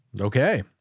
Okay